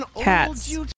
cats